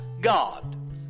God